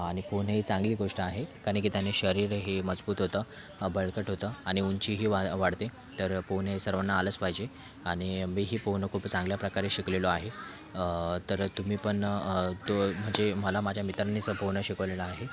आणि पोहणं ही चांगली गोष्ट आहे कारण की त्याने शरीरही मजबूत होतं बळकट होतं आणि उंची ही वा वाढते तर पोहणे हे सर्वांना आलंच पाहिजे आणि मी ही पोहणं खूप चांगल्याप्रकारे शिकलेलो आहे तर तुम्ही पण तो म्हणजे मला माझ्या मित्रांनीच पोहणं शिकवलेलं आहे